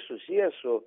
susijęs su